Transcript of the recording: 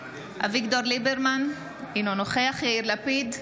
אביגדור ליברמן, אינו נוכח יאיר לפיד,